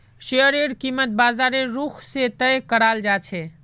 शेयरेर कीमत बाजारेर रुख से तय कराल जा छे